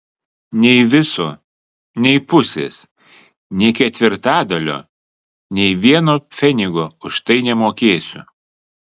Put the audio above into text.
nei viso nei pusės nei ketvirtadalio nė vieno pfenigo už tai nemokėsiu